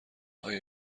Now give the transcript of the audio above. آیا